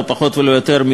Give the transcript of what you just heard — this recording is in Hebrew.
לא פחות ולא יותר,